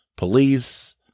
police